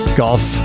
golf